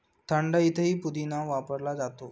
थंडाईतही पुदिना वापरला जातो